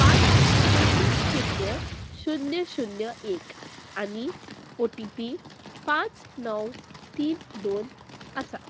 पांच शुन्य शुन्य शुन्य शुन्य एक आनी ओ टी पी पांच णव तीन दोन आसा